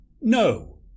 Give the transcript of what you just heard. no